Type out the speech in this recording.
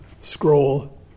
scroll